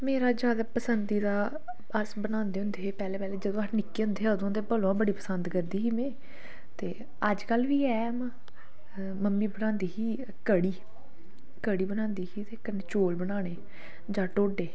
मेरा ज्यादा पसंदीदा अस बनांदे होंदे पहले पहले जदूं अस निक्के निक्के होंदे अदूं दा ते में भलेआं बड़ी पसंद करदी ही में ते अजकल बी ऐ मम्मी बनांदी ही कढ़ी कढ़ी बनांदी ही कन्नै चौल बनाने जां ढोडे